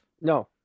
No